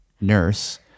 nurse